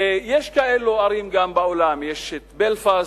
ויש ערים כאלה גם בעולם, יש בלפסט,